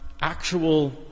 actual